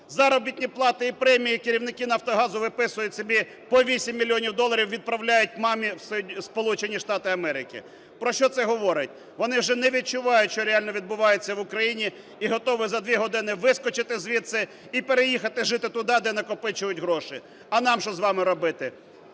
Заробітні плати і премії керівники "Нафтогазу" виписують собі по 8 мільйонів доларів і відправляють мамі в Сполучені Штати Америки. Про що це говорить? Вони вже не відчувають, що реально відбувається в Україні і готові за дві години вискочити звідси, і переїхати жити туди, де накопичують гроші. А нам що з вами робити?